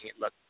look